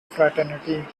fraternity